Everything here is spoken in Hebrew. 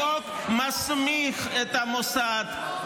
החוק מסמיך את המוסד,